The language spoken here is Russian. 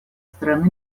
стороны